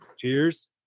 Cheers